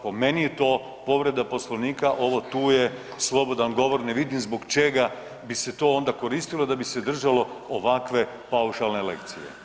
Po meni je to povreda Poslovnika, ovo tu je slobodan govor, ne vidim zbog čega bi se to onda koristilo da bi se držalo ovakve paušalne lekcije.